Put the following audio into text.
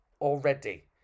already